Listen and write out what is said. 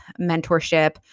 mentorship